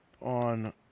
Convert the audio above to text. on